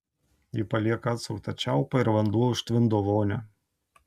ji palieka atsuktą čiaupą ir vanduo užtvindo vonią